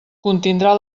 contindrà